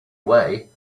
way